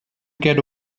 get